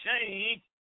change